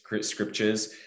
scriptures